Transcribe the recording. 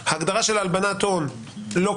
הגדרה של הלבנת הון לא קיימת,